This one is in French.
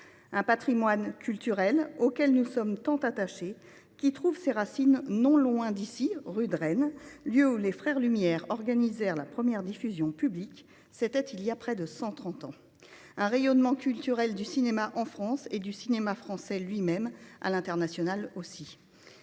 un patrimoine culturel auquel nous sommes tant attachés et qui trouve ses racines non loin d’ici, rue de Rennes, où les frères Lumière organisèrent la première diffusion publique – c’était il y a près de 130 ans. Ce rayonnement culturel du cinéma, au delà de la France, concerne aussi le cinéma français lui même à l’international.